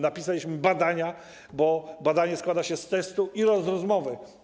Napisaliśmy „badania”, bo badanie składa się z testu i z rozmowy.